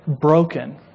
broken